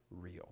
real